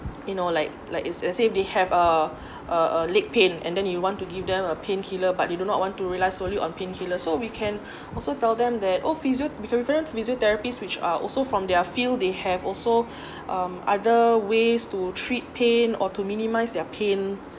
you know like like it's as say they have uh uh uh leg pain and then you want to give them a painkiller but they do not want to rely solely on painkillers so we can also tell them that oh physio~ physiotherapy which are also from their field they have also um other ways to treat pain or to minimise their pain